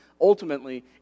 ultimately